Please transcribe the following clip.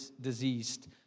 diseased